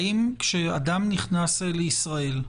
האם כשאדם נכנס לישראל,